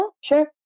sure